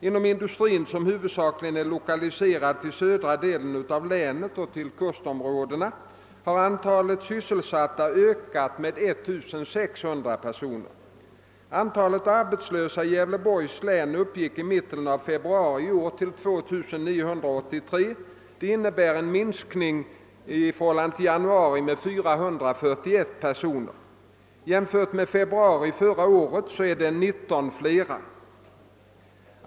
Inom industrin, som huvudsakligen är lokaliserad till södra delen av länet och till kustområdena, har antalet sysselsatta ökat med cirka 1600 personer. Antalet arbetslösa i Gävleborgs län uppgick i mitten av februari i år till 2983. Det innebär en minskning sedan januari med 441 personer. Jämfört med februari förra året är det 19 fler.